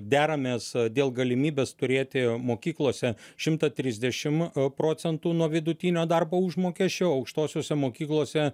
deramės dėl galimybės turėti mokyklose šimtą trisdešim procentų nuo vidutinio darbo užmokesčio aukštosiose mokyklose